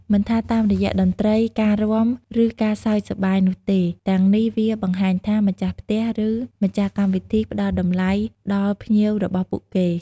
មិនថាតាមរយៈតន្ត្រី ការរាំ ឬ ការសើចសប្បាយនោះទេ ទាំងនេះវាបង្ហាញថា ម្ចាស់ផ្ទះ ឬ ម្ចាស់កម្មវិធីផ្ដល់តម្លៃដល់ភ្ញៀវរបស់ពួកគេ។